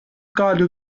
gerade